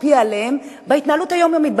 משפיעות עליה בהתנהלות היומיומית,